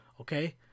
okay